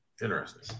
Interesting